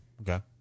Okay